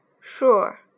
Sure